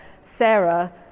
Sarah